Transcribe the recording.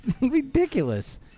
ridiculous